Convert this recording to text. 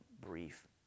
brief